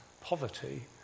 poverty